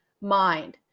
mind